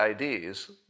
IDs